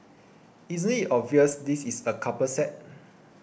isn't it obvious this is a couple set